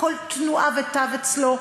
כל תנועה ותו אצלו,